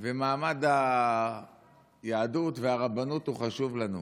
ומעמד היהדות והרבנות הוא חשוב לנו.